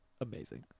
amazing